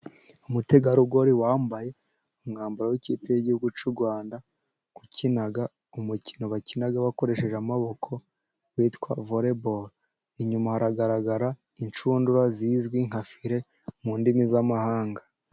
Umutegarugori wambaye umwambaro w'ikipe y'igihugu cy'u Rwanda, ukina umukino bakina bakoresheje amaboko witwa voreboro. Inyuma haragaragara inshundura zizwi nka fire mu ndimi z'amahanga.